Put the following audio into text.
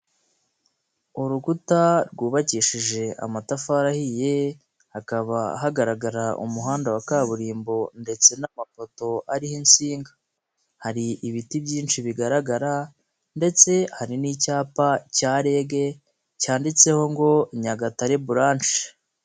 Urukuta rwubakishije amatafari ahiye, hakaba hagaragarara umuhanda wa kaburimbo ndetse n'amapoto ariho insinga, hari ibiti byinshi bigaragara ndetse hari n'icyapa cya REG, cyanditseho ngo Nyagatare bulanshe.